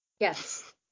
Yes